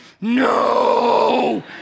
no